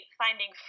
finding